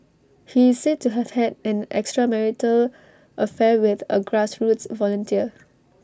he said to have had an extramarital affair with A grassroots volunteer